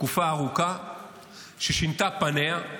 תקופה ארוכה ששינתה פניה.